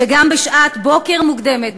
שגם בשעת בוקר מוקדמת,